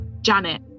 Janet